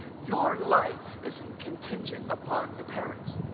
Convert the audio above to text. your life isn't contingent upon your parents